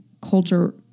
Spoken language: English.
culture